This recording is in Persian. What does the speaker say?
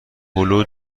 هلو